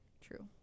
True